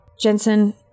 Jensen